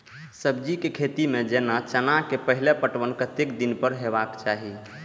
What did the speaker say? सब्जी के खेती में जेना चना के पहिले पटवन कतेक दिन पर हेबाक चाही?